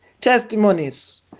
testimonies